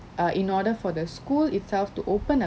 uh in order for the school itself to open